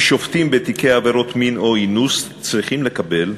כי שופטים בתיקי עבירות מין או אינוס צריכים לקבל,